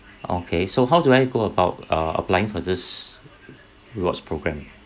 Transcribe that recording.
okay so how do I go about uh applying for this rewards programme